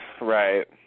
right